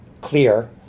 clear